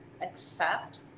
accept